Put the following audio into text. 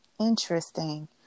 Interesting